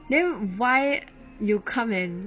then why you come and